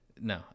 no